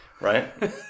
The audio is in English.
right